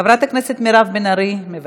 חברת הכנסת מירב בן ארי, מוותרת,